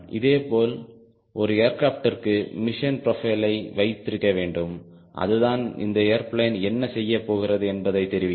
இதேபோல் ஒரு ஏர்கிராப்ட் ற்கு மிஷன் ப்ரோபைலை வைத்திருக்க வேண்டும் அதுதான் இந்த ஏர்பிளேன் என்ன செய்யப் போகிறது என்பதை தெரிவிக்கும்